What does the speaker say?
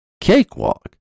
Cakewalk